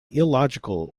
illogical